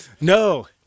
No